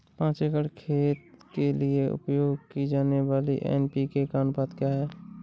पाँच एकड़ खेत के लिए उपयोग की जाने वाली एन.पी.के का अनुपात क्या है?